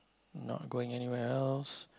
not going anywhere else